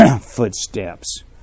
Footsteps